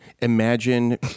Imagine